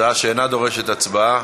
הודעה שאינה דורשת הצבעה.